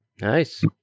Nice